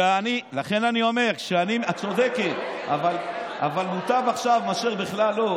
40 שנה, את צודקת, אבל מוטב עכשיו מאשר בכלל לא.